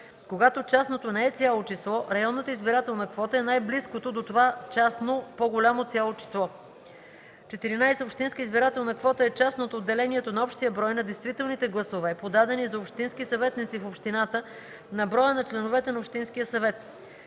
Когато частното не е цяло число, районната избирателна квота е най-близкото до това частно по-голямо цяло число. 14. „Общинска избирателна квота” е частното от делението на общия брой на действителните гласове, подадени за общински съветници в общината, на броя на членовете на общинския съвет: